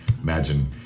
imagine